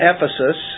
Ephesus